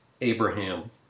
Abraham